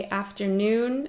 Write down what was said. afternoon